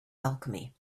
alchemy